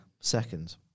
seconds